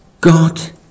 God